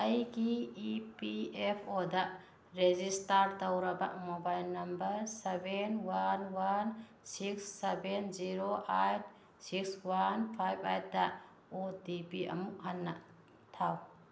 ꯑꯩꯒꯤ E P F ꯑꯣꯗ register ꯇꯧꯔꯕ mobile number seven one one six seven zero eight six one five ꯑꯥꯏꯠꯗ O T P ꯑꯃꯨꯛ ꯍꯟꯅ ꯊꯥꯎ